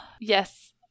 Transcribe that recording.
Yes